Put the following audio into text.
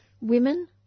women